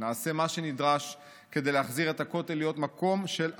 נעשה מה שנדרש כדי להחזיר את הכותל להיות מקום של אחדות.